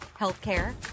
healthcare